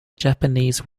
japanese